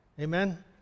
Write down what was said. Amen